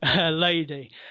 lady